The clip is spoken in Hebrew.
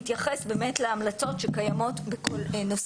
התייחס באמת להמלצות שקיימות בכל נושא.